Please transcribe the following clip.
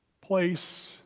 place